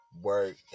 work